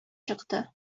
чыкты